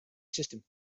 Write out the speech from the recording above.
system